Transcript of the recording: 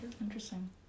Interesting